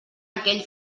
aquell